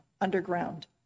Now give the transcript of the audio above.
underground